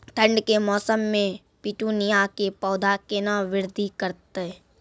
ठंड के मौसम मे पिटूनिया के पौधा केना बृद्धि करतै?